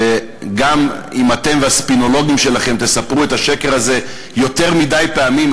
שגם אם אתם והספינולוגים שלכם תספרו את השקר הזה יותר מדי פעמים,